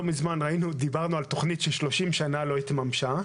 לא מזמן דיברנו על תכנית ש-30 שנה לא התממשה,